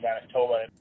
Manitoba